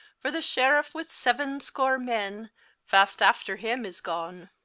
for the sheriffe with seven score men fast after him is gone.